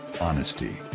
Honesty